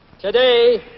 Today